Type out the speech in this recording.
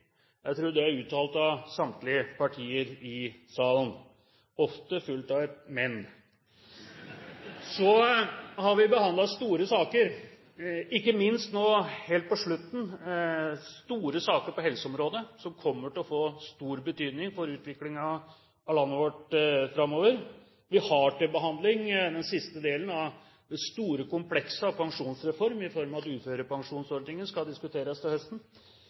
Jeg tror det er uttalt av samtlige partier i salen – ofte fulgt av et «men». Vi har behandlet store saker nå helt på slutten, ikke minst store saker på helseområdet, som kommer til å få stor betydning for utviklingen av landet vårt framover. Vi har til behandling den siste delen av det store komplekset av pensjonsreform, i form av at uførepensjonsordningen skal diskuteres til høsten.